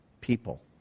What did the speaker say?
people